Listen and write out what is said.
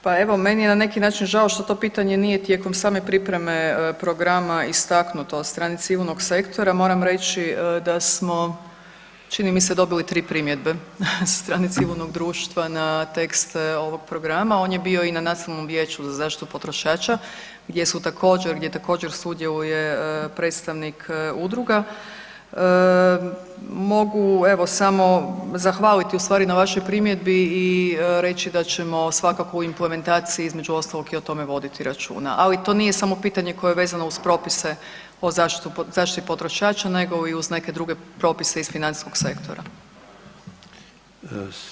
Pa evo meni je na neki način žao što to pitanje nije tijekom same pripreme programa istaknuto od strane civilnog sektora, moram reći da smo čini mi se dobili 3 primjedbe na strani civilnog društva na tekst ovog programa, on je bio i na Nacionalnom vijeću za zaštitu potrošača gdje također sudjeluje predstavnik udruga, mogu evo samo zahvaliti na vašoj primjedbi i reći da ćemo svakako u implementaciji između ostalog i o tome voditi računa, ali to nije samo pitanje koje je vezano uz propise o zaštiti potrošača nego i uz neke druge propise iz financijskog sektora.